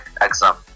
exam